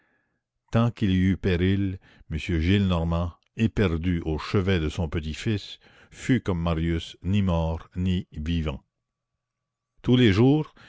tant qu'il y eut péril m gillenormand éperdu au chevet de son petit-fils fut comme marius ni mort ni vivant tous les jours